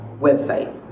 website